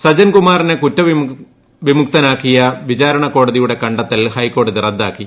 സജ്ജൻകുമാറിനെ കുറ്റവിമുക്തനാക്കിയ വിചാരണ കോടതിയുടെ കണ്ടെത്തൽ ഹൈക്കോടതി റദ്ദാക്കി